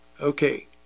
Okay